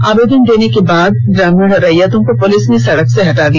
आवेदन देने के बाद ग्रामीण रैयतों को पुलिस ने सड़क से हटा दिया